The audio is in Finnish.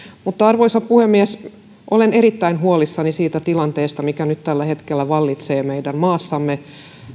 mutta arvoisa puhemies olen erittäin huolissani siitä tilanteesta mikä nyt tällä hetkellä vallitsee meidän maassamme